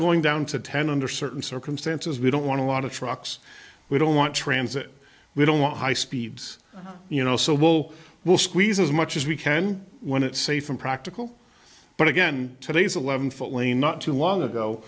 going down to ten under certain circumstances we don't want to lot of trucks we don't want transit we don't want high speeds you know so will will squeeze as much as we can when it's safe and practical but again today's eleven foot lane not too long ago